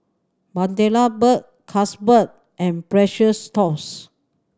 Bundaberg Carlsberg and Precious Thots